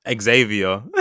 Xavier